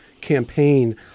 campaign